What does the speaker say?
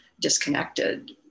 disconnected